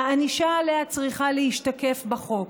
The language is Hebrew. והענישה עליה צריכה להשתקף בחוק.